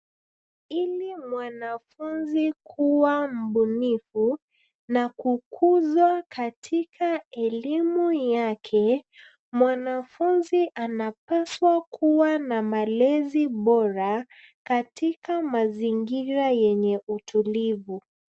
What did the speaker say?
Ili mwanafunzi kuwa mbunifu na kukuzwa katika elimu yake, mwanafunzi anapaswa kuwa na malezi bora katika mazingira yenye utulivu.